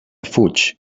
fuig